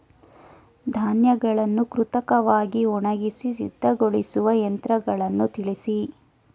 ಧಾನ್ಯಗಳನ್ನು ಕೃತಕವಾಗಿ ಒಣಗಿಸಿ ಸಿದ್ದಗೊಳಿಸುವ ಯಂತ್ರಗಳನ್ನು ತಿಳಿಸಿ?